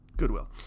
goodwill